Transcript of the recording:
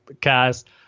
cast